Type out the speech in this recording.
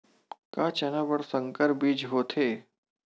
का चना बर संकर बीज होथे?